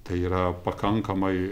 tai yra pakankamai